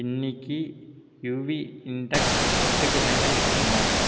இன்னிக்கி UV index எட்டுக்கு மேலே இருக்குமா